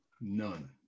none